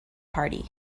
party